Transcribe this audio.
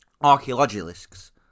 archaeologists